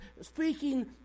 speaking